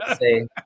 say